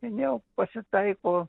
minėjau pasitaiko